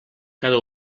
cada